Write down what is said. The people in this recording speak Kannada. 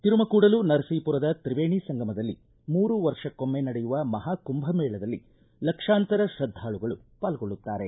ತಿರುಮಕೂಡಲು ನರಬೀಪುರದ ತ್ರಿವೇಣಿ ಸಂಗಮದಲ್ಲಿ ಮೂರು ವರ್ಷಕ್ಕೊಮ್ಮೆ ನಡೆಯುವ ಮಹಾಕುಂಭಮೇಳದಲ್ಲಿ ಲಕ್ಷಾಂತರ ತ್ರದ್ಧಾಳುಗಳು ಪಾಲ್ಗೊಳ್ಳುತ್ತಾರೆ